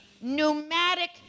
pneumatic